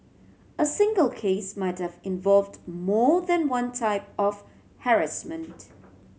a single case might have involved more than one type of harassment